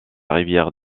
rivière